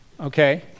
okay